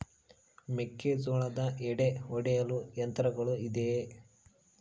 ಮೆಕ್ಕೆಜೋಳದ ಎಡೆ ಒಡೆಯಲು ಯಂತ್ರಗಳು ಇದೆಯೆ?